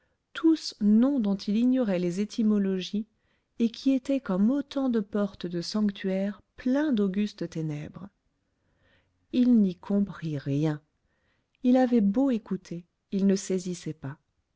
tous noms dont il ignorait les étymologies et qui étaient comme autant de portes de sanctuaires pleins d'augustes ténèbres il n'y comprit rien il avait beau écouter il ne saisissait pas